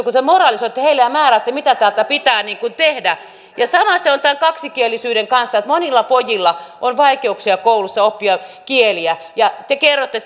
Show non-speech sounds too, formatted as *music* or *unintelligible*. *unintelligible* kun te moralisoitte heitä ja määräätte mitä täällä pitää tehdä ja sama se on tämän kaksikielisyyden kanssa monilla pojilla on vaikeuksia koulussa oppia kieliä ja te kerrotte *unintelligible*